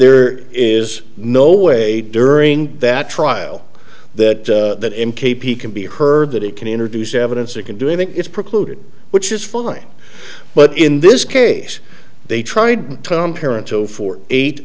there is no way during that trial that that n k p can be heard that it can introduce evidence or can do anything it's precluded which is fine but in this case they tried tom parents so for eight